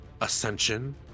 Ascension